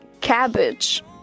cabbage